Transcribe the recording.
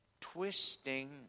twisting